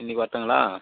இன்னைக்கு வரட்டுங்களா